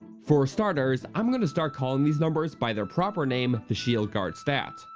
for starters, i'm gonna start calling these numbers by their proper name the shield guard stat,